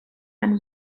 and